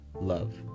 love